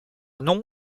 nom